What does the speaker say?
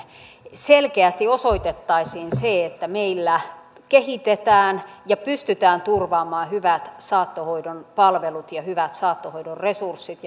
selkeästi osoitettaisiin se että meillä kehitetään ja pystytään turvaamaan hyvät saattohoidon palvelut ja hyvät saattohoidon resurssit